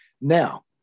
Now